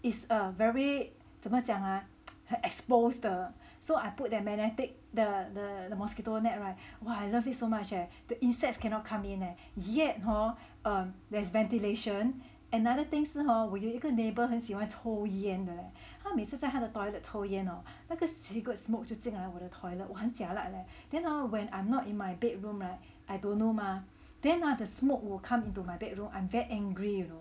is a very 怎么讲啊 很 exposed 的 so I put that magnetic the mosquito net [right] !wah! I love it so much eh the insects cannot come in leh yet hor erm there's ventilation another thing 是 hor 我有一个 neighbour 很喜欢抽烟的 leh 他每次在他的 toilet 抽烟 hor 那个 cigarette smoke 就进来我的 toilet 我很 jialat leh then hor when I'm not in my bedroom [right] I don't know mah then !huh! the smoke will come into my bedroom I'm very angry you know